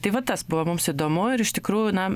tai va tas buvo mums įdomu ir iš tikrųjų na